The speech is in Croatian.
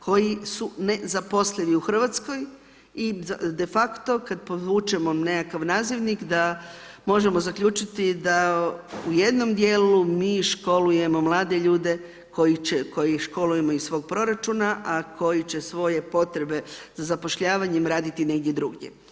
koji su nezaposleni u Hrvatskoj i de facto kada podvučemo nekakav nazivnik da možemo zaključiti da u jednom dijelu mi školujemo mlade ljude koje školujemo iz svog proračuna a koji će svoje potrebe zapošljavanjem raditi negdje drugdje.